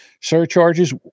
surcharges